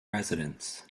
residents